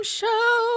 show